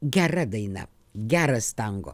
gera daina geras tango